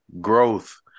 growth